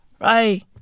Right